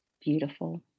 Beautiful